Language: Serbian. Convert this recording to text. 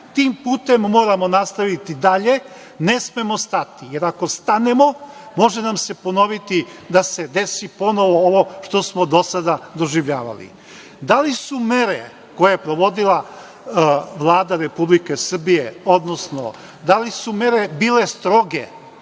tim putem moramo nastaviti dalje. Ne smemo stati, jer ako stanemo može nam se ponoviti da se desi ovo što smo do sada doživljavali. Da li su mere koje je provodila Vlada Republike Srbije, odnosno da li su mere bile stroge,